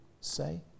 say